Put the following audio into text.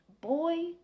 Boy